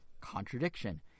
contradiction